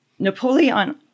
Napoleon